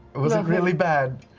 but was it really bad?